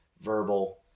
verbal